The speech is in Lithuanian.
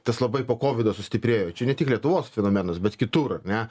tas labai po kovido sustiprėjo čia ne tik lietuvos fenomenas bet kitur ar ne